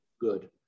good